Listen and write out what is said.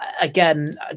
again